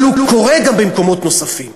אבל הוא קורה גם במקומות נוספים.